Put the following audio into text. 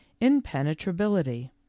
impenetrability